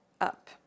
up